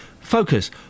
focus